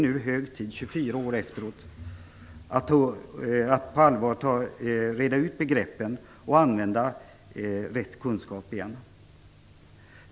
Nu, 24 år efteråt, är det hög tid att reda ut begreppen och använda rätt kunskap igen.